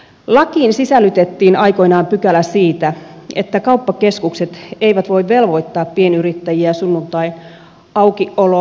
lakiin sisällytettiin aikoinaan pykälä siitä että kauppakeskukset eivät voi velvoittaa pienyrittäjiä sunnuntaiaukioloon